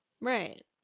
Right